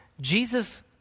Jesus